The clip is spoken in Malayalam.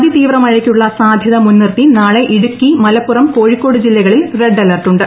അതി തീവ്രമഴയ്ക്കുളള സാധ്യത മുൻനിർത്തി നാളെ ഇടുക്കി മലപ്പുറം കോഴിക്കോട് ജില്ലകളിൽ റെഡ് അലർട്ട് ഉണ്ട്